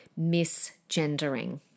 misgendering